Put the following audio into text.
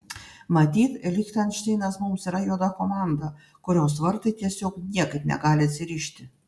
matyt lichtenšteinas mums yra juoda komanda kurios vartai tiesiog niekaip negali atsirišti